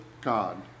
God